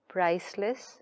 priceless